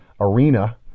arena